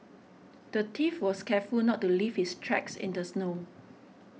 the thief was careful not to leave his tracks in the snow